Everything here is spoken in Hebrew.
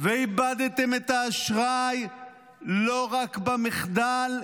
-- ואיבדתם את האשראי לא רק במחדל,